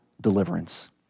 deliverance